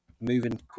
Moving